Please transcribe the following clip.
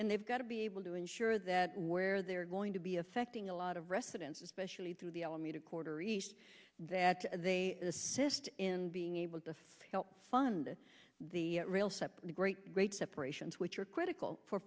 and they've got to be able to ensure that where they're going to be affecting a lot of residents especially through the alameda quarter east that they assist in being able to help fund the rail step the great great separations which are critical for